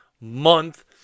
Month